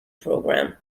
program